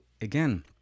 again